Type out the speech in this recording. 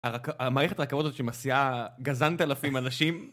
המערכת הרכבות הזאת שמסיעה גזנת'לפים אנשים